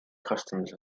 customs